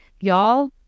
y'all